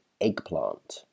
eggplant